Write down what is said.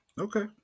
Okay